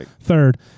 third